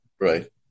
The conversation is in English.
right